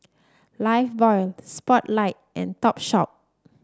Lifebuoy Spotlight and Topshop